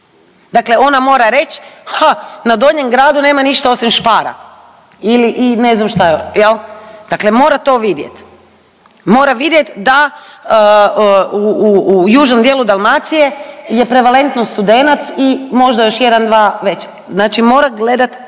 Dakle, ona mora reći na Donjem gradu nema ništa osim Spara ili ne znam šta još. Jel'? Dakle mora to vidjeti, mora vidjeti da u južnom dijelu Dalmacije je prevalentno Studenac i možda još jedan, dva veća. Znači mora gledati